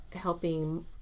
helping